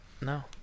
No